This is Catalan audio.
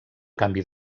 canvi